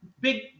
big